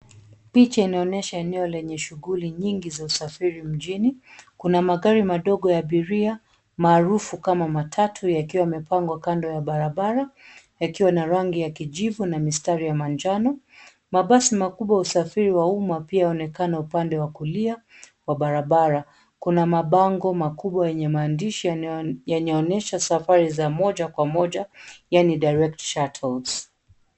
Picha inaonyesha eneo lenye shughuli nyingi za usafiri mjini. Kuna magari madogo ya abiria, maarufu kama matatu yakiwa yamepangwa kando ya barabara, yakiwa na rangi ya kijivu na mistari ya manjano, mabasi makubwa wa usafiri wa umma pia wanaonekana upande wa kulia, wa barabara. Kuna mabango makubwa yenye maandishi yanayoonyesha safari za moja kwa moja, yaani Direct Shuttles .